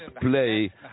play